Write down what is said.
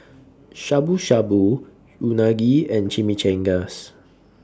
Shabu Shabu Unagi and Chimichangas